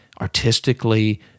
artistically